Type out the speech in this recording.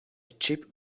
chip